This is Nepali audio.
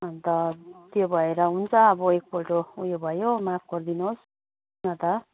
अन्त त्यो भएर हुन्छ अब एकपल्ट उयो भयो माफ गरदिनुहोस् न त